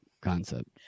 concept